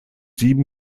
sieben